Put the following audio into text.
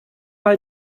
mal